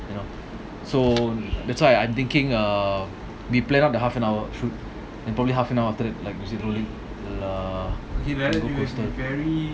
you know so that's why I'm thinking err we plan up the half an hour shoot and probably half an hour after that like